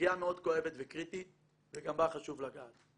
סוגיה מאוד כואבת וקריטית וגם בה חשוב לגעת.